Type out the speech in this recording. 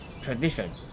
tradition